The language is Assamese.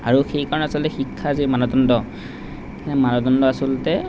আৰু সেইকাৰণে আচলতে শিক্ষাৰ যি মানদণ্ড সেই মানদণ্ড আচলতে